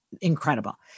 incredible